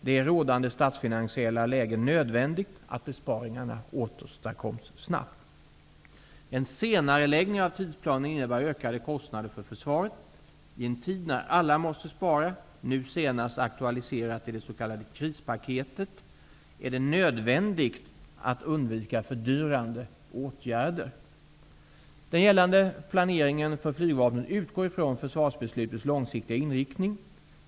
Det är i det rådande statsfinansiella läget nödvändigt att besparingarna åstadkoms snabbt. En senareläggning av tidsplanen innebär ökade kostnader för försvaret. I en tid när alla måste spara, nu senast aktualiserat i det s.k. krispaketet , är det nödvändigt att undvika fördyrande åtgärder. Den gällande planeringen för flygvapnet utgår ifrån försvarsbeslutets långsiktiga inriktning.